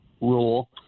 rule